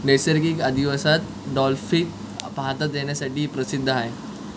नैसर्गिक अधिवासात डॉल्फिक पाहतात देण्यासाठी प्रसिद्ध आहे